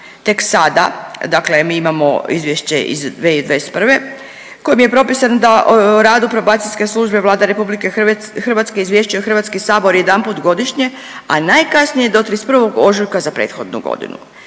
tek sada mi imamo izvješće iz 2021. kojim je propisano da o radu Probacijske službe Vlada RH izvješćuje HS jedanput godišnje, a najkasnije do 31. ožujka za prethodnu godinu.